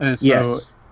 Yes